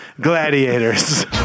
gladiators